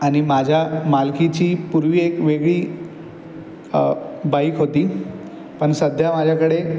आणि माझ्या मालकीची पूर्वी एक वेगळी बाईक होती पण सध्या माझ्याकडे